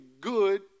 good